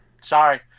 Sorry